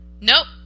Nope